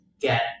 get